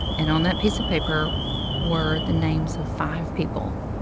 and on that piece of paper were the names of five people.